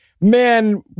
man